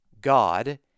God